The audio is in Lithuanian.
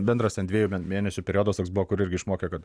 bendras ten dviejų mėnesių periodas toks buvo kur irgi išmokė kad